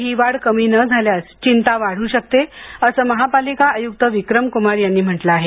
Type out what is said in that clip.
ही वाढ कमी न झाल्यास चिंता वाढू शकते असं महापालिका आयुक्त विक्रमक्मार यांनी म्हटलं आहे